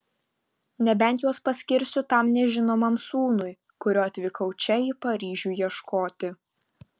nebent juos paskirsiu tam nežinomam sūnui kurio atvykau čia į paryžių ieškoti